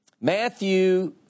Matthew